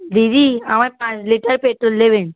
দিদি আমায় পাঁচ লিটার পেট্রল দেবেন